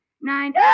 nine